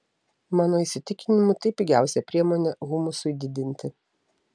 mano įsitikinimu tai pigiausia priemonė humusui didinti